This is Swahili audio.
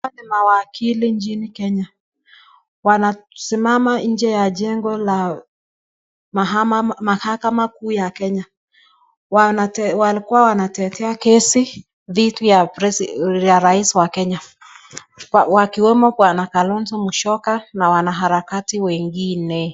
Hawa ni mawakili nchini Kenya, wanasimama nje ya jengo ya mahakama kuu ya Kenya. Walikua wanatetea kesi dhidi ya rais wa Kenya, wakiwemo bwana Kalonzo Musyoka na wanaharakati wengine.